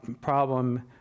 problem